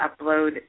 upload